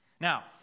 Now